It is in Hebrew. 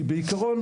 כי בעיקרון